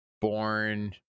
born